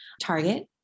Target